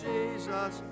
Jesus